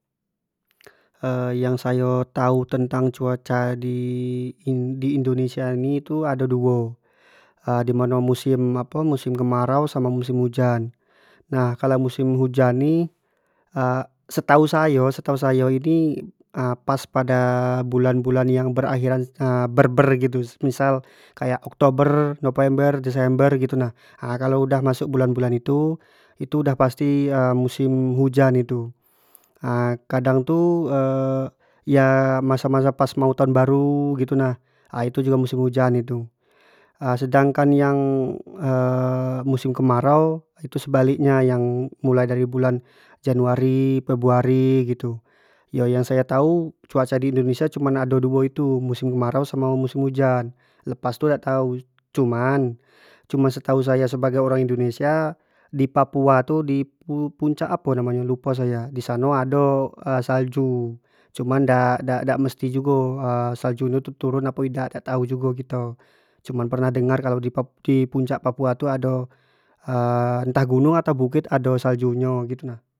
yang sayo tau tentang cuaca yang ado di indonesia ni, itu ado duo, dimano musim apo kemarau samo musim hujan, nah kalau musim hujan ni setau sayo-setau sayo ini pas pada bulan-bulan yang berakhitan ber-ber gitu, misal kayak oktober, november, desember gitu nah, ha kalau lah masuk bulan-bulan itu-itu udah pasti musim hujan itu kadang tu ya masa-masa pas taun baru gitu nah itu jugo musim hujan itu sedangkan yang msuim kemarau itu sebalik nya mulai dari bulan januari, februari gitu, yo yang sayo tau cuaca di indonesia yo cuma ado duo itu musim kemarau samo musim hujan, lepas tu dak tau, cuman-cuman seatau ayo sebagai orang indonesia di papua tu di puncak apo namo nyo lupa sayo namo nyo di situ ado salju, cuma dak-dak mesti jugo salju nyo turun atau tidak dak-dak tau jugo kito cuma dengar kalu di papua di puncak papua tu ado entah gunung entah bukit ado salju nyo gitu nah.